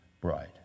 bride